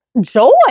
joy